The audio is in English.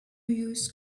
use